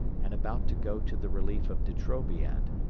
and about to go to the relief of de trobriand,